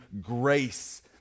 grace